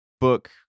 book